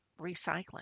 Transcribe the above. recycling